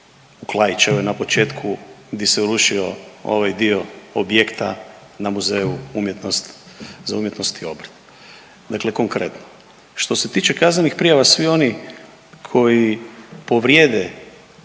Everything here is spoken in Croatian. u Klaićevoj na početku di se urušio ovaj dio objekta na Muzeju umjetnost, za umjetnost i obrt. Dakle konkretno što se tiče kaznenih prijava, svi oni koji povrijede